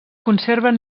conserven